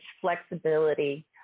flexibility